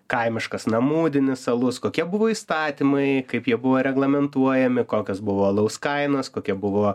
kaimiškas namudinis alus kokie buvo įstatymai kaip jie buvo reglamentuojami kokios buvo alaus kainos kokia buvo